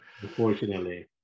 unfortunately